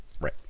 Right